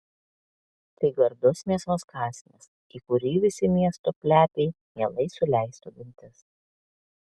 tai gardus mėsos kąsnis į kurį visi miesto plepiai mielai suleistų dantis